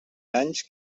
anys